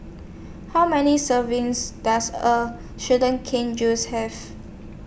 How Many servings Does A Sugar Cane Juice Have